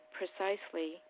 precisely